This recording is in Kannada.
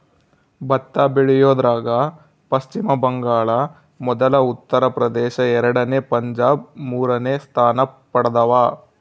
ಭತ್ತ ಬೆಳಿಯೋದ್ರಾಗ ಪಚ್ಚಿಮ ಬಂಗಾಳ ಮೊದಲ ಉತ್ತರ ಪ್ರದೇಶ ಎರಡನೇ ಪಂಜಾಬ್ ಮೂರನೇ ಸ್ಥಾನ ಪಡ್ದವ